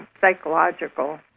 psychological